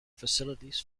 facilities